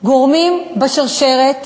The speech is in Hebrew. גורמים בשרשרת,